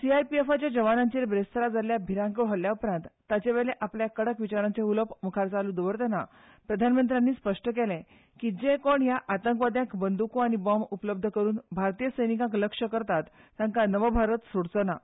सीआरपीएफच्या जवानांचेर बिरेस्तारा जाल्ल्या भिरांकूळ हल्ल्या उपरांत ताचे वयले आपले कडक विचारांचे उलोवप मुखार चालू दवरतना प्रधानमंत्र्यांनी स्पश्ट केलें की जे कोण ह्या आतंकवाद्यांक बंद्को आनी बॉम उपलब्ध करून भारतीय सैनिकांक लक्ष्य करतात तांकां हो देश सोडचो ना